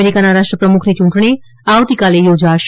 અમેરીકાના રાષ્ટ્ર પ્રમુખની યૂંટણી આવતીકાલે યોજાશે